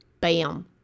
Bam